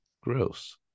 gross